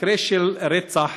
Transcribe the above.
המקרה של רצח